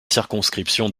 circonscription